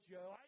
Joe